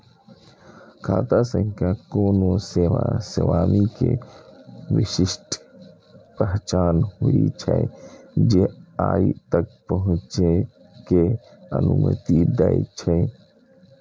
खाता संख्या कोनो सेवा स्वामी के विशिष्ट पहचान होइ छै, जे ओइ तक पहुंचै के अनुमति दै छै